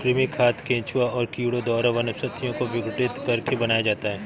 कृमि खाद केंचुआ और कीड़ों द्वारा वनस्पतियों को विघटित करके बनाया जाता है